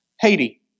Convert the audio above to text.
Haiti